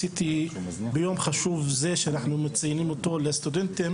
ביום החשוב הזה שאנחנו מציינים את הסטודנטים,